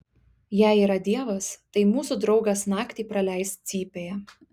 jei yra dievas tai mūsų draugas naktį praleis cypėje